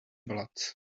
ballads